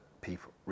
people